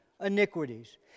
iniquities